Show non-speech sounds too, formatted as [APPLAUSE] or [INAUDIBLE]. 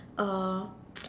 uh [NOISE]